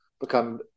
Become